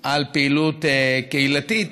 על פעילות קהילתית.